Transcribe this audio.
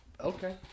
Okay